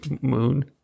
moon